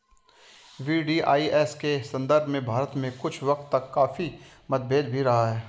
VDIS के संदर्भ में भारत में कुछ वक्त तक काफी मतभेद भी रहा है